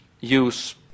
use